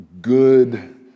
good